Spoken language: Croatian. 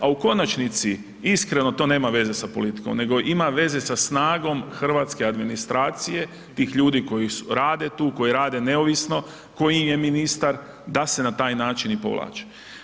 A u konačnici iskreno to nema veze sa politikom nego ima veze sa snagom hrvatske administracije, tih ljudi koji rade tu, koji rade neovisno koji je ministar da se na taj način i povlače.